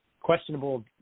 questionable